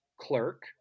clerk